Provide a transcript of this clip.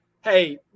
hey